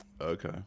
Okay